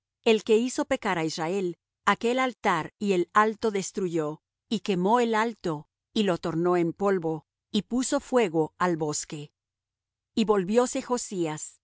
el que hizo pecar á israel aquel altar y el alto destruyó y quemó el alto y lo tornó en polvo y puso fuego al bosque y volvióse josías